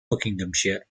buckinghamshire